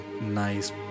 nice